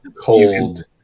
cold